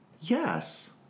Yes